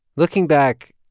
looking back,